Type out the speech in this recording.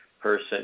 person